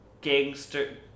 gangster